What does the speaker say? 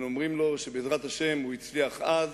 אנחנו אומרים לו שבעזרת השם הוא הצליח אז,